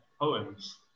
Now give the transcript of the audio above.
poems